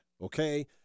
okay